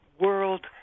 world